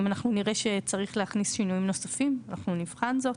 אם אנחנו נראה שצריך להכניס שינויים נוספים אנחנו נבחן זאת.